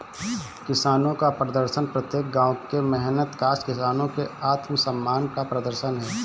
किसानों का प्रदर्शन प्रत्येक गांव के मेहनतकश किसानों के आत्मसम्मान का प्रदर्शन है